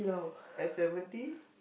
ice lemon tea